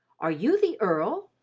are you the earl?